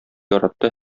яратты